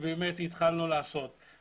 שבאמת התחלנו לעשות אותם.